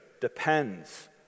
depends